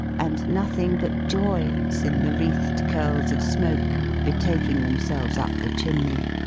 and nothing but joys in the wreathed curls of smoke betaking themselves up the chimney